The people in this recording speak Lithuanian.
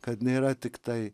kad nėra tiktai